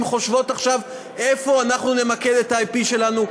חושבות עכשיו: איפה אנחנו נמקד את ה-IP שלנו,